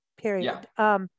period